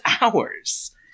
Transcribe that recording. hours